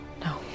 No